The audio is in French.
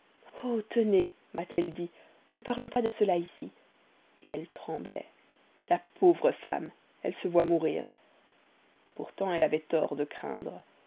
tenez m'a-t-elle dit ne parlons pas de cela ici elle tremblait la pauvre femme elle se voit mourir pourtant elle avait tort de craindre